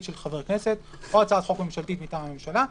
של חבר הכנסת או הצעת חוק ממשלתית מטעם הממשלה.